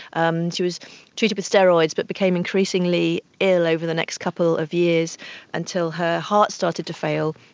um she was treated with steroids but became increasingly ill over the next couple of years until her heart started to fail.